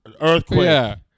earthquake